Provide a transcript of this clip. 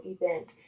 event